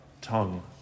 tongue